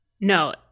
No